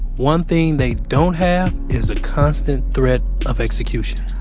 one thing they don't have is a constant threat of execution,